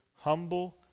humble